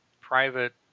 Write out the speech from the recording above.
private